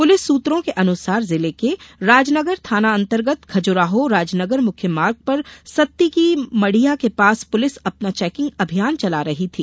police सूत्रों के अनुसार जिले के राजनगर थाना अंतर्गत खजुराहो राजनगर मुख्य मार्ग पर सत्ती की मडिया के पास पुलिस अपना चेकिंग अभियान चेला रही थी